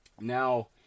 Now